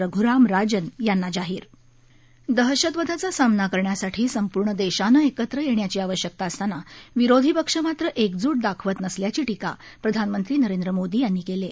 रघ्राम राजन यांना जाहीर दहशतवादाचा सामना करण्यासाठी संपूर्ण देशानं एकत्र येण्याची आवश्यकता असताना विरोधी पक्ष मात्र एकज्ट दाखवत नसल्याची टीका प्रधानमंत्री नरेंद्र मोदी यांनी केली आहे